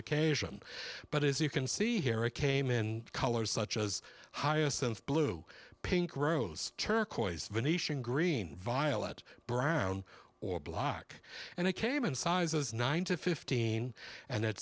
occasion but as you can see harry came in colors such as hyacinth blue pink rose turquoise venetian green violet brown or black and i came in sizes nine to fifteen and